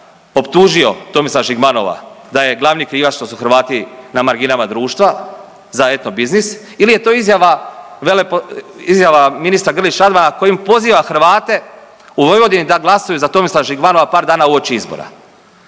optužio Tomislava Žigmanova da je glavni krivac što su Hrvati na marginama društva za etnobiznis ili je to izjava ministra Grlić Radmana kojom poziva Hrvate u Vojvodini da glasuju za Tomislava Žigmanova par dana uoči izbora.